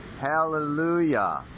Hallelujah